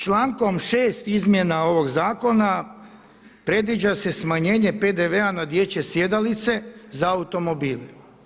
Člankom 6. izmjena ovog zakona predviđa se smanjenje PDV-a na dječje sjedalice za automobile.